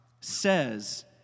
says